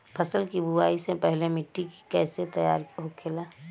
फसल की बुवाई से पहले मिट्टी की कैसे तैयार होखेला?